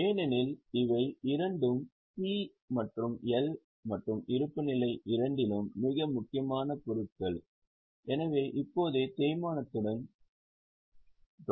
ஏனெனில் இவை இரண்டும் P மற்றும் L மற்றும் இருப்புநிலை இரண்டிலும் மிக முக்கியமான பொருட்கள் எனவே இப்போதே தேய்மானத்துடன் தொடங்குவோம்